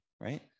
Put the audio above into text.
right